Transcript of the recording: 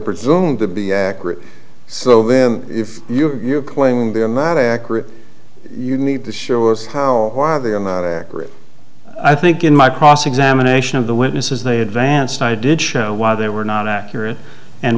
presumed to be accurate so then if you're claiming they're not accurate you need to show us how why they are not accurate i think in my cross examination of the witnesses they advanced i did show why they were not accurate and